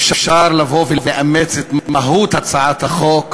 אפשר לבוא ולאמץ את מהות הצעת החוק,